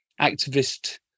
activist